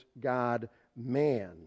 God-man